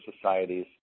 societies